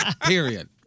Period